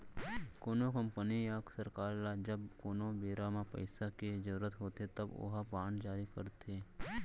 कोनो कंपनी या सरकार ल जब कोनो बेरा म पइसा के जरुरत होथे तब ओहा बांड जारी करथे